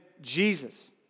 Jesus